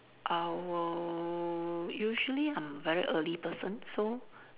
I will usually I'm very early person so